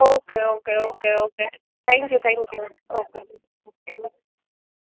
okay okay okay okay thank you thank you okay